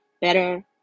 better